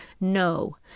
no